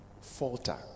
falter